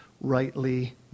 rightly